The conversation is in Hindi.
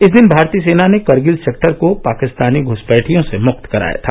इस दिन भारतीय सेना ने करगिल सेक्टर को पाकिस्तानी घुसपैठियों से मुक्त कराया था